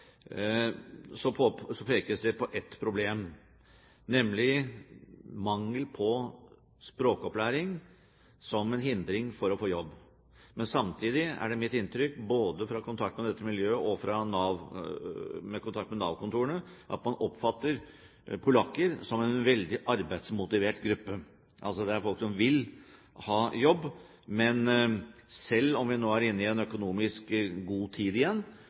ett problem, nemlig mangel på språkopplæring som en hindring for å få jobb. Men samtidig er det mitt inntrykk både fra kontakt med dette miljøet, og kontakt med Nav-kontorene, at man oppfatter polakker som en veldig arbeidsmotivert gruppe. Det er altså folk som vil ha jobb. Men selv om vi nå er inne i en økonomisk god tid igjen,